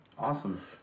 Awesome